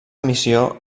missió